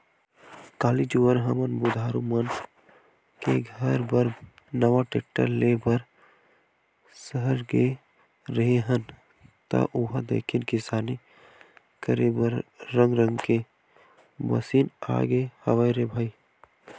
काली जुवर हमन बुधारु मन घर बर नवा टेक्टर ले बर सहर गे रेहे हन ता उहां देखेन किसानी करे बर रंग रंग के मसीन आगे हवय रे भई